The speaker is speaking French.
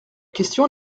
question